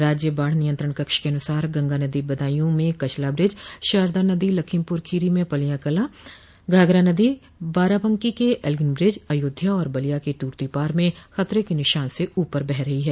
राज्य बाढ़ नियंत्रण कक्ष के अनुसार गंगा नदी बदायूॅ में कचला बिज शारदा नदी लखीमपुरखीरी में पलिया कला घाघरा नदी बाराबंकी के एल्गिन ब्रिज अयोध्या और बलिया के तुर्तीपार में खतरे के निशान से ऊपर बह रही है